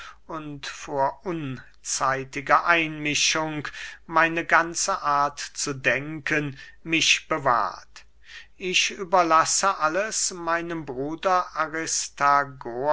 und vor unzeitiger einmischung meine ganze art zu denken mich bewahrt ich überlasse alles meinem bruder